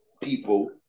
people